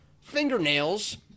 fingernails